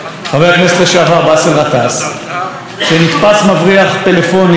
שנתפס מבריח פלאפונים לאסירים ביטחוניים תוך